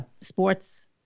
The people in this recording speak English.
sports